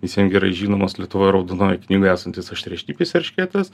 visiem gerai žinomas lietuvoj raudonojoj knygoj esantis aštriašnipis eršketas